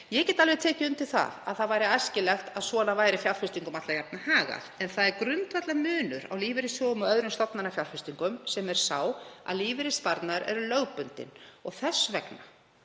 Ég get alveg tekið undir það að æskilegt væri að svona væri fjárfestingum alla jafnan hagað en það er grundvallarmunur á lífeyrissjóðum og öðrum stofnanafjárfestingum, sem er sá að lífeyrissparnaður er lögbundinn. Þess vegna